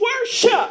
worship